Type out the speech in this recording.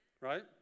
right